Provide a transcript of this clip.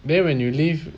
then when you leave